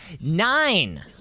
nine